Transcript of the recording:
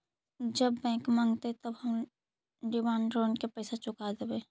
जब बैंक मगतई त हम डिमांड लोन के पैसा चुका देवई